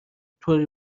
طوری